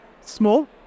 small